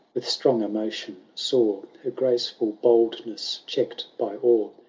with strong emotion, saw her graceful boldness checked by awe,